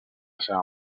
seva